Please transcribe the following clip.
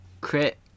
Crit